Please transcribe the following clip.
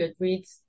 Goodreads